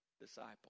disciple